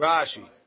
Rashi